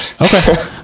Okay